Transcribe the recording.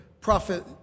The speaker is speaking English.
prophet